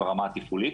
וברמה התפעולית.